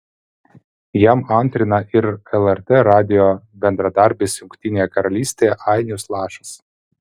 jam antrina ir lrt radijo bendradarbis jungtinėje karalystėje ainius lašas